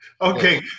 Okay